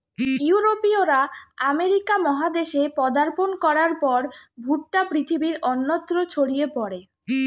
ইউরোপীয়রা আমেরিকা মহাদেশে পদার্পণ করার পর ভুট্টা পৃথিবীর অন্যত্র ছড়িয়ে পড়ে